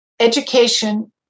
Education